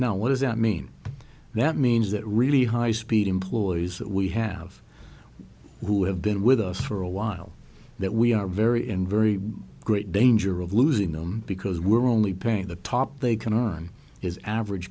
now what does that mean that means that really high speed employees that we have who have been with us for a while that we are very in very great danger of losing them because we're only paying the top they can earn is average